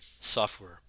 software